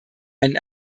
einen